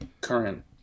current